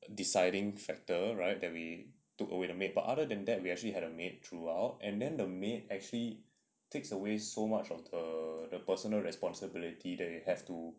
deciding factor right that we took away the maid but other than that we actually had a maid throughout and then the maid actually takes away so much of the the personal responsibility that you have to